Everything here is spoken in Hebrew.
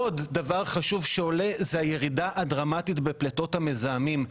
עוד דבר חשוב שעולה זו הירידה הדרמטית בפליטות המזהמים.